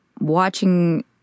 watching